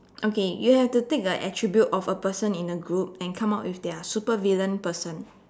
okay you have to take the attribute of a person in a group and come out with their supervillain person